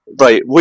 right